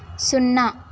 సున్నా